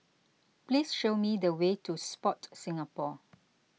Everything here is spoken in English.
please show me the way to Sport Singapore